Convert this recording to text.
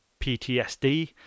PTSD